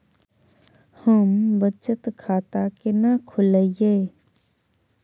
हम बचत खाता केना खोलइयै?